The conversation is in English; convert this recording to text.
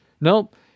nope